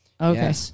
okay